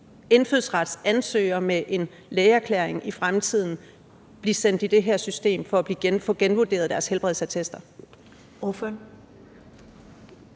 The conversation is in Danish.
indfødsretsansøgere med en lægeerklæring i fremtiden blive sendt i det her system for at få genvurderet deres helbredsattester?